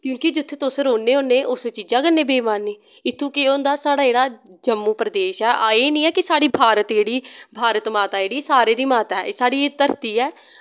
क्योंकि जित्थें तस रौह्ने होन्ने उस चीजा कन्नै बेईमानी इत्थुं केह् होंदा साढ़ा जेह्ड़ा जम्मू प्रदेश ऐ एह् ना ऐ कि साढ़ी भारत भारत माता जेह्ड़ी सारें दी माता ऐ एह् साढ़ी एह् धरती ऐ